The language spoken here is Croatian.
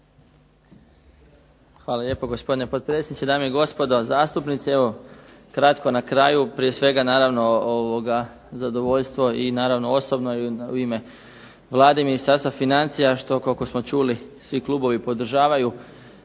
Hvala lijepo gospodine potpredsjedniče. Dame i gospodo zastupnici. Evo kratko na kraju prije svega naravno zadovoljstvo osobno i u ime vladinih ... financija što kao što smo čuli svi klubovi podržavaju